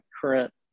current